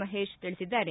ಮಹೇಶ್ ತಿಳಿಸಿದ್ದಾರೆ